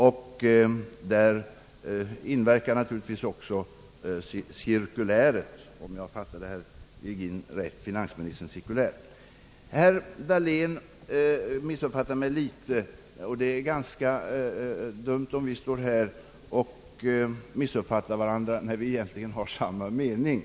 Och där inverkar naturligtvis även — om jag fattade herr Herr Dahlén missuppfattade mig litet — och det är ganska dumt om vi står här och missuppfattar varandra när vi egentligen har samma mening.